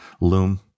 loom